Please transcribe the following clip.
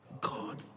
god